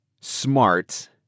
smart